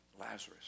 Lazarus